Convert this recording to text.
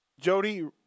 Jody